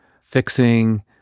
fixing